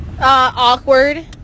Awkward